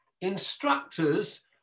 instructors